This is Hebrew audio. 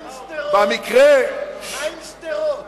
מה עם שדרות?